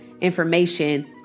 information